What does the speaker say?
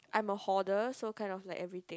I'm a hoarder so kind of like everything